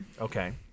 Okay